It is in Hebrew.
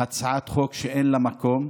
הצעת חוק שאין לה מקום.